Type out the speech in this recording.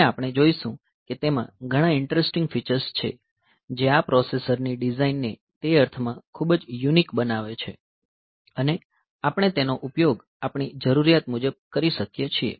અને આપણે જોઈશું કે તેમાં ઘણા ઈંટરેસ્ટિંગ ફીચર્સ છે જે આ પ્રોસેસરની ડિઝાઇનને તે અર્થમાં ખૂબ જ યુનિક બનાવે છે અને આપણે તેનો ઉપયોગ આપણી જરૂરિયાત મુજબ કરી શકીએ છીએ